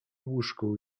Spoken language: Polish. łóżku